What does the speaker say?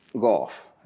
golf